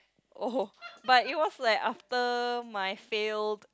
oh but it was like after my failed